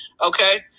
okay